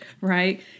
right